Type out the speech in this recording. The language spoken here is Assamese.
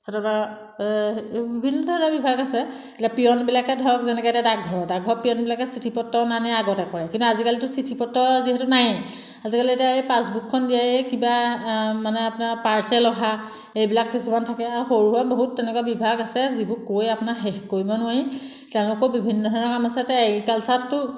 তাৰপিছতে বিভিন্ন ধৰণৰ বিভাগ আছে এতিয়া পিয়নবিলাকে ধৰক যেনেকৈ এতিয়া ডাকঘৰৰ ডাকঘৰৰ পিয়নবিলাকে চিঠি পত্ৰ অনা নিয়া আগতে কৰে কিন্তু আজিকালিতো চিঠি পত্ৰ যিহেতু নায়েই আজিকালি এতিয়া এই পাছবুকখন এই কিবা মানে আপোনাৰ পাৰ্চেল অহা এইবিলাক কিছুমান থাকে আৰু সৰু সুৰা বহুত তেনেকুৱা বিভাগ আছে যিবোৰ কৈ আপোনাৰ শেষ কৰিব নোৱাৰি তেওঁলোকৰ বিভিন্ন ধৰণৰ কাম আছে এতিয়া এগ্ৰিকালচাৰতটো